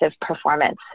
performance